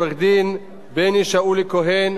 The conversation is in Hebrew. עורך-הדין בני שאולי-כהן,